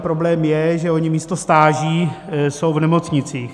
Problém je, že oni místo stáží jsou v nemocnicích.